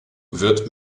wird